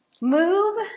Move